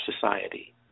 society